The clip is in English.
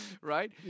Right